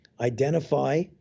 identify